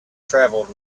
travelled